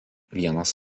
vienas